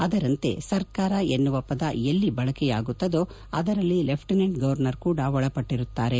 ಅದರಂತೆ ಸರ್ಕಾರ ಎನ್ನುವ ಪದ ಎಲ್ಲಿ ಬಳಕೆಯಾಗುತ್ತದೋ ಅದರಲ್ಲಿ ಲೆಫ್ಷಿನೆಂಟ್ ಗವರ್ನರ್ ಕೂಡ ಒಳಪಟ್ಟಿರುತ್ತಾರೆ